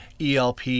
ELP